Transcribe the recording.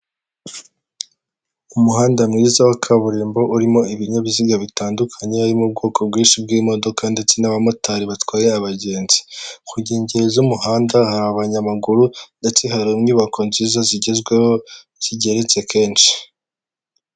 Umuhanda mwiza wa kaburimbo urimo ibinyabiziga bitandukanye harimo ubwoko bwinshi bw'imodoka ndetse n'abamotari batwaye abagenzi, ku nkengero z'umuhanda hari abanyamaguru ndetse hari inyubako nziza zigezweho zigeretse kenshi.